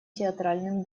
театральным